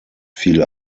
viel